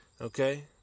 Okay